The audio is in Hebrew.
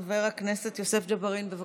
חבר הכנסת יוסף ג'בארין, בבקשה.